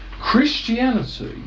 Christianity